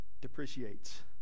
depreciates